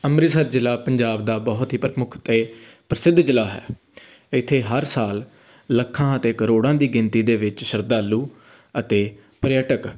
ਅੰਮ੍ਰਿਤਸਰ ਜ਼ਿਲ੍ਹਾ ਪੰਜਾਬ ਦਾ ਬਹੁਤ ਹੀ ਪ੍ਰਮੁੱਖ ਅਤੇ ਪ੍ਰਸਿੱਧ ਜ਼ਿਲ੍ਹਾ ਹੈ ਇੱਥੇ ਹਰ ਸਾਲ ਲੱਖਾਂ ਅਤੇ ਕਰੋੜਾਂ ਦੀ ਗਿਣਤੀ ਦੇ ਵਿੱਚ ਸ਼ਰਧਾਲੂ ਅਤੇ ਪ੍ਰਯਟਕ